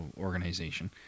Organization